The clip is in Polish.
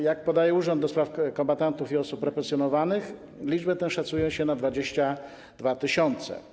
Jak podaje Urząd do Spraw Kombatantów i Osób Represjonowanych, liczbę tę szacuje się na 22 tys.